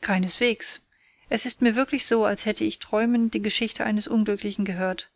keinesweges es ist mir wirklich so als hätte ich träumend die geschichte eines unglücklichen gehört